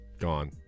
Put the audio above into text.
gone